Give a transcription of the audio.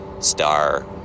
star